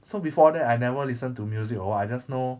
so before that I never listened to music or what I just know